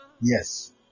Yes